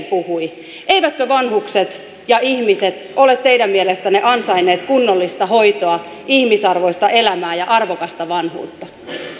puhui eivätkö vanhukset ja ihmiset ole teidän mielestänne ansainneet kunnollista hoitoa ihmisarvoista elämää ja arvokasta vanhuutta